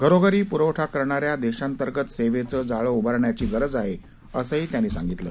घरोघरी पुरवठा करणाऱ्या देशांतर्गत सेवेचं जाळं उभारण्याची गरज आहे असं त्यांनी सांगितलं